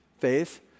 Faith